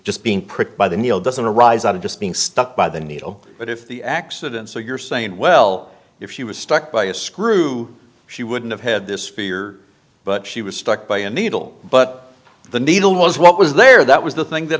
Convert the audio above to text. just being pricked by the needle doesn't arise out of just being stuck by the needle but if the accident so you're saying well if she was struck by a screw she wouldn't have had this fear but she was struck by a needle but the needle was what was there that was the thing that